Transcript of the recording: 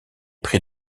pris